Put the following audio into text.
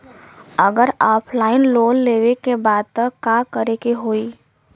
अगर offline loan लेवे के बा त का करे के होयी?